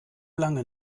lange